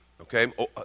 okay